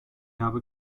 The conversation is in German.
habe